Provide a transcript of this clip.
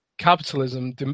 capitalism